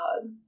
god